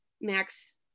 Max